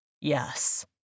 Yes